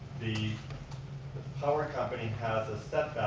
the power company has a